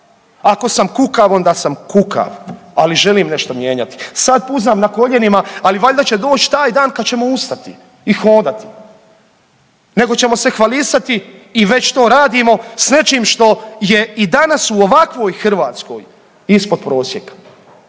ako sam kukav onda sam kukav, ali želim nešto mijenjati. Sad puzam na koljenima, ali valjda će doći taj dan kad ćemo ustati i hodati, nego ćemo se hvalisati i već to radimo s nečim što je i danas u ovakvoj Hrvatskoj ispod prosjeka